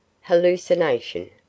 Hallucination